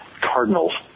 cardinals